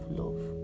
love